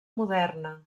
moderna